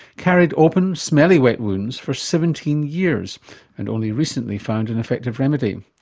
carried open, smelly, wet wounds for seventeen years and only recently found an effective remedy.